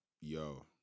Yo